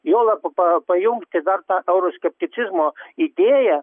juolab pa pajungti dar tą euroskepticizmo idėją